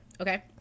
Okay